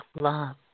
love